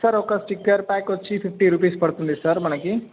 sir ఒక sticker pack వచ్చి fifty rupees పడుతుంది సార్ మనకు